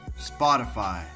Spotify